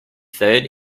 third